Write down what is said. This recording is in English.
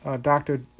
Dr